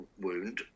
wound